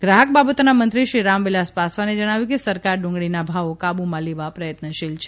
ગ્રાહક બાબતોના મંત્રી શ્રી રામ વિલાસ પાસવાને જણાવ્યું કે સરકાર ડુંગળીના ભાવો કાબુમાં લેવા પ્રયત્નશીલ છે